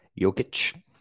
Jokic